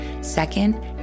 Second